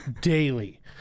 daily